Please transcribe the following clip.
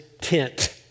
tent